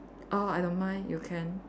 oh I don't mind you can